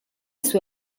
sue